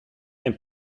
and